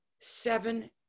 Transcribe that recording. seven